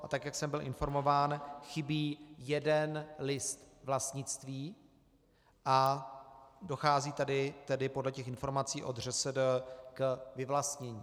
A tak jak jsem byl informován, chybí jeden list vlastnictví a dochází tady tedy podle těch informací od ŘSD k vyvlastnění.